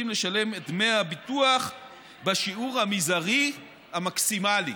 לשלם את דמי הביטוח בשיעור המזערי המקסימלי,